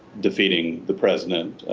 defeating the president